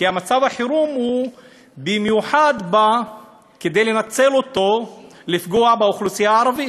כי מצב החירום בא במיוחד כדי לנצל אותו לפגוע באוכלוסייה הערבית.